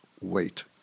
wait